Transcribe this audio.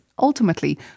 ultimately